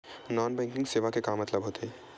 Non banking सेवा के मतलब का होथे?